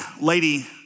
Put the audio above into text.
lady